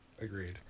Agreed